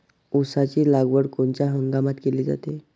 ऊसाची लागवड कोनच्या हंगामात केली जाते?